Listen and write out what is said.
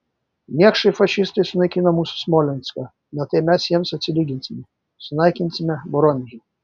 niekšai fašistai sunaikino mūsų smolenską na tai mes jiems atsilyginsime sunaikinsime voronežą